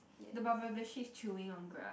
the baba black sheep chewing on grass